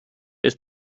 ist